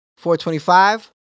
425